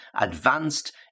advanced